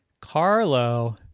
Carlo